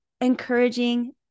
encouraging